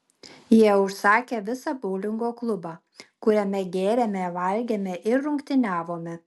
jie užsakė visą boulingo klubą kuriame gėrėme valgėme ir rungtyniavome